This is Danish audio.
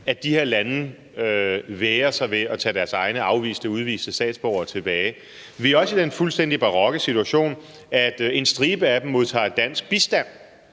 at de her lande vægrer sig ved at tage deres egne afviste, udviste statsborgere tilbage. Vi er også i den fuldstændig barokke situation, at en stribe af dem modtager dansk bistand.